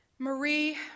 Marie